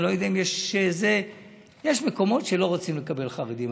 יש מקומות שלא רוצים לקבל חרדים,